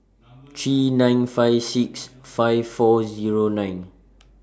three nine five six five four Zero nine